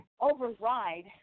override